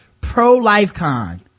Pro-LifeCon